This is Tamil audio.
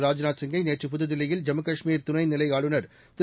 ராஜ்நாத் சிங்கை நேற்று புதுதில்லியில் ஜம்மு காஷ்மீர் துணைநிலை ஆளுநர் திரு